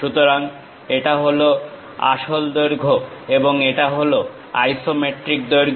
সুতরাং এটা হল আসল দৈর্ঘ্য এবং এটা হল আইসোমেট্রিক দৈর্ঘ্য